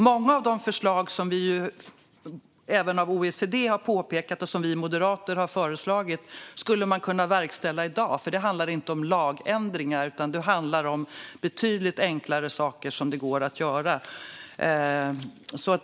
Många av de förslag som OECD har lyft upp och som vi moderater har lagt fram skulle kunna verkställas i dag, för det handlar inte om lagändringar utan om betydligt enklare saker som går att göra.